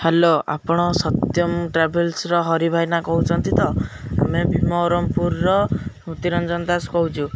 hello ଆପଣ ସତ୍ୟମ ଟ୍ରାଭେଲ୍ସର ହରି ଭାଇନା କହୁଛନ୍ତି ତ ଆମେ ଭୀମରମପୁରର ମତିରଞ୍ଜନ ଦାସ କହୁଛୁ